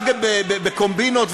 רק בקומבינות,